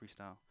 freestyle